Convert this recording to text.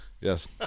Yes